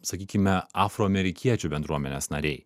sakykime afroamerikiečių bendruomenės nariai